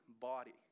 body